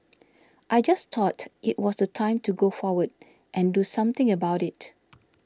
I just thought it was the time to go forward and do something about it